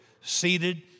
seated